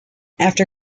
after